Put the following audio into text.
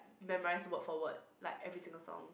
memorise word for word like every single song